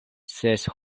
ses